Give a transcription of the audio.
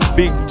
big